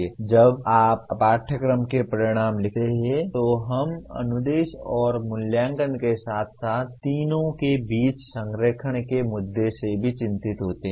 अब जब आप पाठ्यक्रम के परिणाम लिखते हैं तो हम अनुदेश और मूल्यांकन के साथ साथ तीनों के बीच संरेखण के मुद्दे से भी चिंतित होते हैं